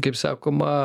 kaip sakoma